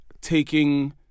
taking